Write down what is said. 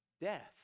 Death